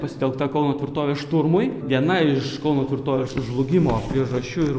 pasitelkta kauno tvirtovės šturmui viena iš kauno tvirtovės žlugimo priežasčių ir